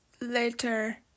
later